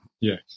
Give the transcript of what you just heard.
yes